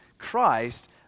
Christ